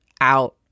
out